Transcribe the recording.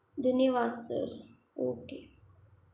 धन्यवाद sir okay